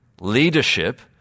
leadership